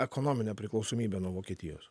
ekonominę priklausomybę nuo vokietijos